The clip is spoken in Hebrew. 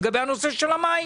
לגבי הנושא של המים.